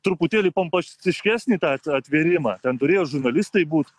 truputėlį pompastiškesnį tą at atvėrimą ten turėjo žurnalistai būt